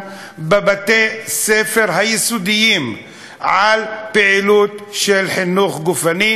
בבתי-הספר היסודיים בפעילות של חינוך גופני,